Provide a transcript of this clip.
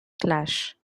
clash